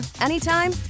anytime